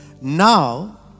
Now